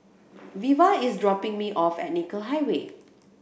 Veva is dropping me off at Nicoll Highway